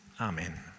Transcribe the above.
amen